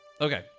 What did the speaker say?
Okay